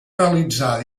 realitzar